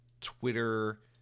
Twitter